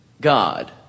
God